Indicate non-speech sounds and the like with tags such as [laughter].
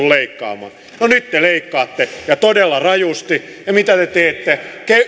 [unintelligible] leikkaamaan no nyt te leikkaatte ja todella rajusti ja mitä te teette